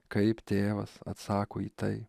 kaip tėvas atsako į tai